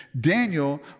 Daniel